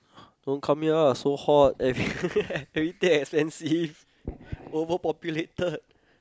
don't come here ah so hot everything expensive overpopulated